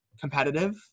competitive